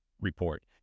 report